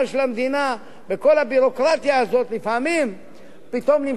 נמצא את עצמנו לפעמים שיש קבוצות שנופלות בין הכיסאות.